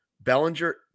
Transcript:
Bellinger